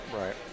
Right